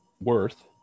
worth